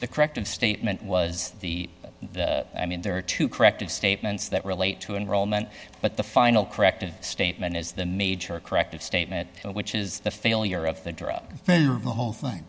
the corrective statement was the i mean there are two corrective statements that relate to enrollment but the final corrected statement is the major corrective statement which is the failure of the drug the whole thing